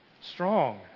Strong